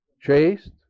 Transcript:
chaste